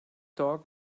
dog